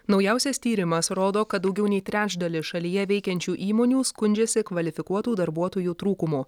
naujausias tyrimas rodo kad daugiau nei trečdalis šalyje veikiančių įmonių skundžiasi kvalifikuotų darbuotojų trūkumu